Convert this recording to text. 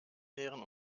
leeren